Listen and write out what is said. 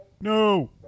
No